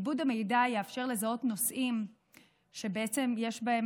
עיבוד המידע יאפשר לזהות נוסעים שיש בהם